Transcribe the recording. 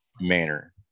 manner